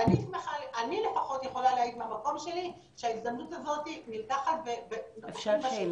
אני לפחות יכולה להעיד מהמקום שלי שההזדמנות הזו נלקחת ועושים בה שימוש.